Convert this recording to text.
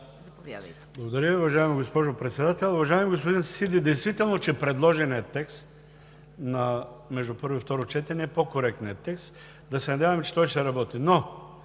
Благодаря Ви, уважаема госпожо Председател. Уважаеми господин Сиди, действително предложеният текст между първо и второ четене е по-коректният текст – да се надяваме, че той ще работи.